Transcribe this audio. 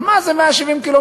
אבל מה זה 170 ק"מ?